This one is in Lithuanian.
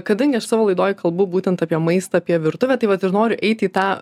kadangi aš savo laidoj kalbu būtent apie maistą apie virtuvę tai vat ir noriu eit į tą